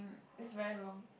it's very long